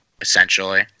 essentially